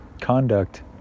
conduct